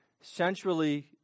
Centrally